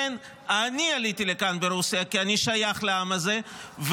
אני עליתי לכאן מרוסיה כי אני שייך לעם הזה,